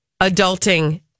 Adulting